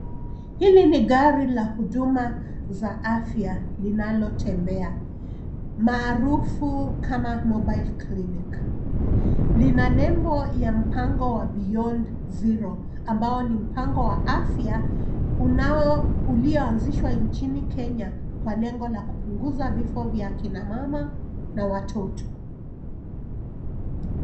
Hili ni gari la huduma za afya linalo tembea maarufu kama Mobile Clinic . Lina nembo ya mpango wa Beyond Zero ambao ni mpango wa afya ulioanzishwa nchini Kenya kwa lengo la kupunguza vifo vya kina mama na watoto.